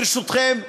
ברשותכם,